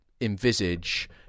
envisage